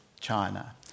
China